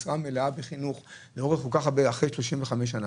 משרה מלאה בחינוך אחרי 35 שנים,